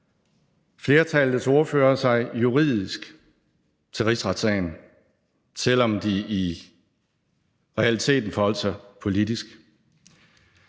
flertallets ordførere sig juridisk til rigsretssagen, selv om de i realiteten forholdt sig politisk.